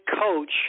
coach